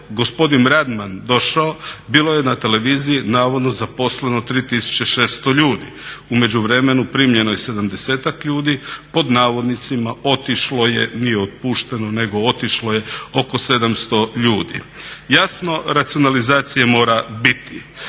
gospodin Radman došao bilo je na televiziji, navodno, zaposleno 3600 ljudi. U međuvremenu primljeno je 70-ak ljudi, pod navodnicima "otišlo" je, nije otpušteno nego otišlo je oko 700 ljudi. Jasno racionalizacije mora biti.